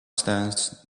stands